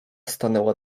stanęła